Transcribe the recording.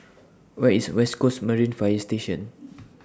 Where IS West Coasts Marine Fire Station